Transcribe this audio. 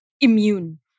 immune